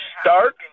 start